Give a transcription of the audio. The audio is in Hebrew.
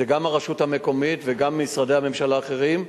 זה גם הרשות המקומית וגם משרדי הממשלה האחרים.